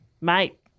mate